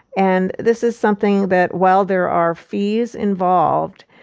and this is something that while there are fees involved,